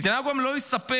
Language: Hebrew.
נתניהו גם לא יספר